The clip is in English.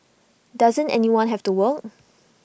doesn't anyone have to work